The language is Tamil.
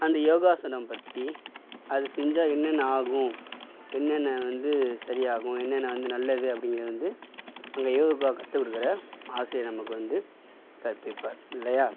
அந்த யோகாசனம் பற்றி அது செஞ்சா என்னென்ன ஆகும் என்னென்ன வந்து சரியாகும் என்னென்ன வந்து நல்லது அப்படிங்கறது வந்து அங்கே யோகா கற்றுக்குடுக்குற ஆசிரியர் நமக்கு வந்து கற்பிப்பார் இல்லையா